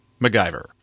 MacGyver